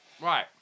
right